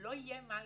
לא יהיה מה לתקן.